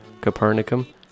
Copernicum